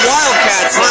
Wildcats